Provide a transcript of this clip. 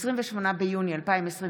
28 ביוני 2021,